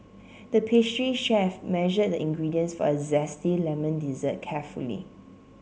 the pastry chef measured the ingredients for a zesty lemon dessert carefully